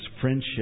friendship